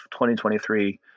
2023